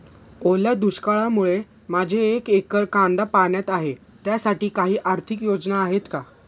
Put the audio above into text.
ओल्या दुष्काळामुळे माझे एक एकर कांदा पाण्यात आहे त्यासाठी काही आर्थिक योजना आहेत का?